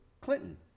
Clinton